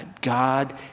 God